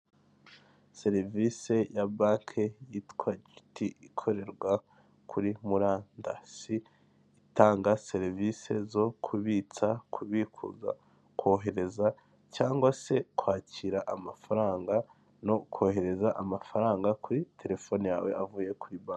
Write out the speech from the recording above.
Serivisi ya banki yitwa Giti ikorerwa kuri murandasi itanga serivisi zo kubitsa kubikuza kohereza cyangwa se kwakira amafaranga, no kohereza amafaranga kuri telefone yawe avuye kuri banki.